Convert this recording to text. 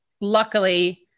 luckily